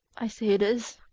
i see it is.